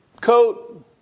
coat